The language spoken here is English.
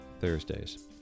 Thursdays